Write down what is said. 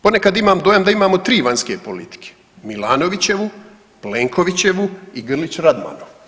Ponekad imam dojam da imamo tri vanjske politike, Milanovićevu, Plenkovićevu i Grlić Radmanovu.